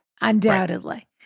undoubtedly